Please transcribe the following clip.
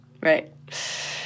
Right